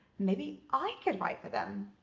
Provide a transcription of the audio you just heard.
maybe i could write for them.